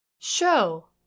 Show